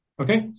Okay